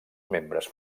membres